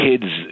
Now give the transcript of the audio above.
kids